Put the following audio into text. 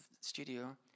studio